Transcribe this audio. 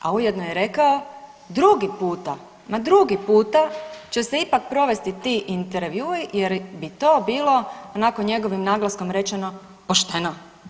A ujedno je i rekao drugi puta, ma drugi puta će se ipak provesti ti intervjui jer bi to bilo onako njegovim naglaskom rečeno, pošteno.